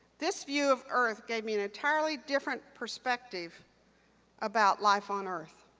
this view of earth gave me an entirely different perspective about life on earth.